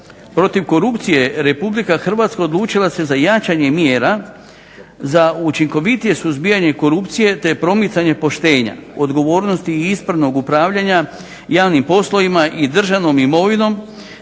protiv korupcije Republika Hrvatska odlučila se za jačanje mjera za učinkovitije suzbijanje korupcije te promicanje poštenja, odgovornosti i ispravnog upravljanja javnim poslovima i državnom imovinom